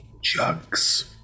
jugs